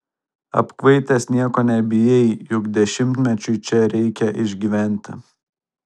apkvaitęs nieko nebijai juk dešimtmečiui čia reikia išgyventi